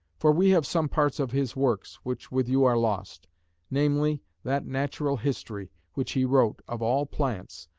for we have some parts of his works, which with you are lost namely, that natural history, which he wrote, of all plants,